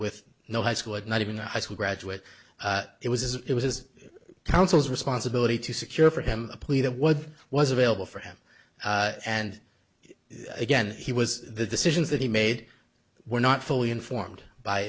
with no high school had not even a high school graduate it was as it was councils responsibility to secure for him a plea that what was available for him and again he was the decisions that he made were not fully informed by